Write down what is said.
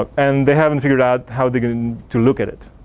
and they haven't figured out how they're going to look at it.